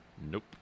nope